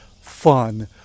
fun